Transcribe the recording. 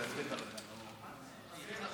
תן לו,